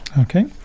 Okay